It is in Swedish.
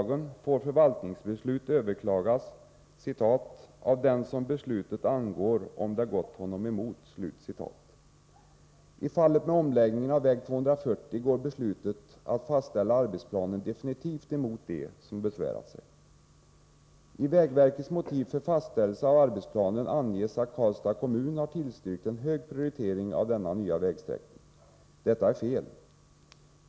Beträffande omläggningen av väg 240 vill jag framhålla att beslutet om fastställelse av arbetsplanen definitivt går emot den som besvärat sig. I vägverkets motiv för fastställelse av arbetsplanen anges att Karlstads kommun tillstyrkt hög prioritering av denna nya vägsträckning. Detta är fel.